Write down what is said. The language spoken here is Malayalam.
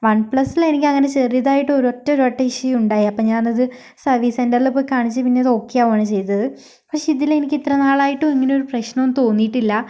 വൺ പ്ലസിൽ എനിക്ക് അങ്ങനെ ചെറിയതായിട്ടൊരു ഒരൊറ്റ വട്ടം ഇഷ്യു ഉണ്ടായി അപ്പോൾ ഞാനത് സർവീസ് സെൻ്ററിൽ പോയി കാണിച്ച് പിന്നെ അത് ഓക്കെ ആകുകയാണ് ചെയ്തത് പക്ഷെ ഇതില് എനിക്ക് ഇത്ര നാളായിട്ടും ഇങ്ങനെ ഒരു പ്രശ്നവും തോന്നിയിട്ടില്ല